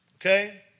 Okay